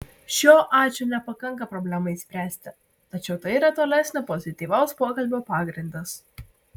šio ačiū nepakanka problemai išspręsti tačiau tai yra tolesnio pozityvaus pokalbio pagrindas